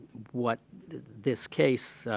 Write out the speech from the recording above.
what this case,